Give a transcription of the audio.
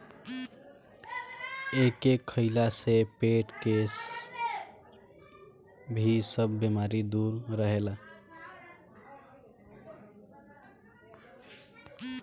एके खइला से पेट के भी सब बेमारी दूर रहेला